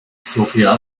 sofia